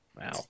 Wow